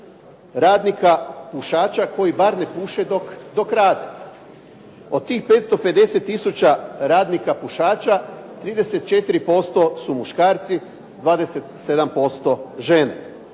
radnika pušača koji bar ne puše dok rade. Od tih 550 tisuća radnika pušača, 34% su muškarci, 27% žene.